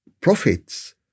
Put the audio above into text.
prophets